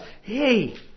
hey